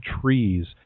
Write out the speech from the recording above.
trees